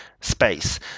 space